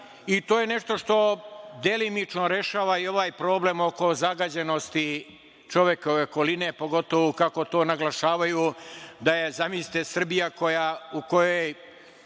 i to je nešto što delimično rešava i ovaj problem oko zagađenosti čovekove okoline, pogotovo kako to naglašavaju da je Srbija, zamislite, u kojoj